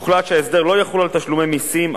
הוחלט שההסדר לא יחול על תשלומי מסים,